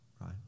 Right